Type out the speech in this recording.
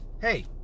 hey